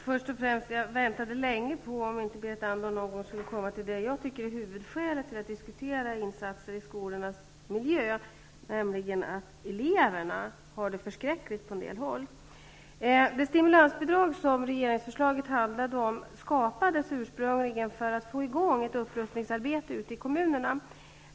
Fru talman! Jag väntade länge på att Berit Andnor skulle komma till det jag anser vara huvudskälet till att diskutera insatser i skolornas miljö, nämligen att eleverna på en del håll har det förskräckligt. Det stimulansbidrag som regeringsförslaget handlade om skapades ursprungligen för att få i gång ett upprustningsarbete ute i kommunerna.